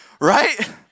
right